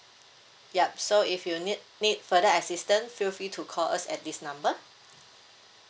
yup so if you need need further assistant feel free to call us at this number